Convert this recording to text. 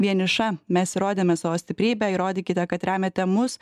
vieniša mes įrodėme savo stiprybę įrodykite kad remiate mus